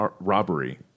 robbery